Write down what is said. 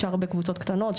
אפשר בקבוצות קטנות,